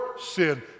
sin